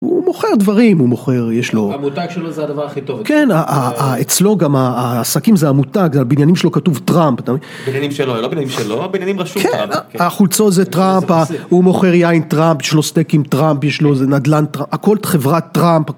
הוא מוכר דברים, הוא מוכר... יש לו... המותג שלו זה הדבר הכי טוב אצלו. כן, אצלו גם העסקים זה המותג, על הבניינים שלו כתוב "טראמפ", אתה מבין? "הבניינים שלו", הם לא הבניינים שלו, על הבניינים רשום "טראמפ". כן, החולצות זה "טראמפ", הוא מוכר יין "טראמפ", יש לו סטייקים "טראמפ", יש לו נדל"ן "טראמפ", הכל חברת "טראמפ".